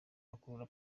akurura